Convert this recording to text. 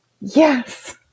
Yes